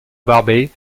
barbey